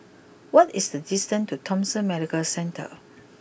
what is the distance to Thomson Medical Centre